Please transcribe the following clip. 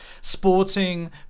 sporting